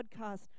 podcast